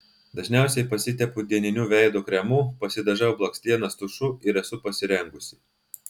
dažniausiai pasitepu dieniniu veido kremu pasidažau blakstienas tušu ir esu pasirengusi